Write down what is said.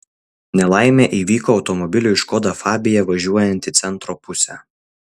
nelaimė įvyko automobiliui škoda fabia važiuojant į centro pusę